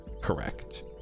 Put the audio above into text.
correct